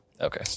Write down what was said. Okay